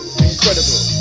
Incredible